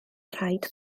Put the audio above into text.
rhaid